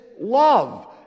love